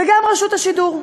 וגם רשות השידור.